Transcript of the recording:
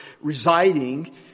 residing